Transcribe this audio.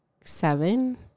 seven